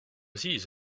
siis